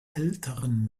älteren